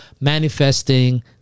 manifesting